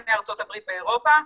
לפני ארצות הברית ואירופה.